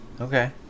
Okay